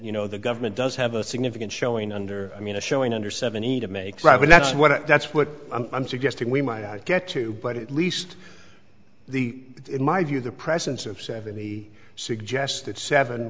you know the government does have a significant showing under i mean a showing under seventy to make raavan that's what that's what i'm suggesting we might get to but at least the in my view the presence of seven he suggested seven